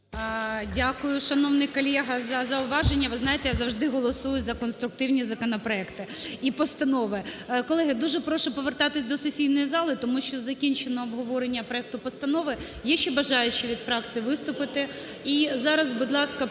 Дякую, шановний колего, за зауваження. Ви знаєте, я завжди голосую за конструктивні законопроекти і постанови. Колеги, дуже прошу повертатись до сесійної зали. Тому що закінчено обговорення проекту постанови. Є ще бажаючі від фракцій виступити? І зараз, будь ласка, просить